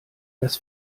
dass